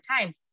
time